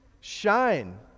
shine